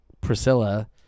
Priscilla